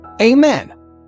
Amen